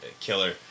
killer